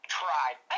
tried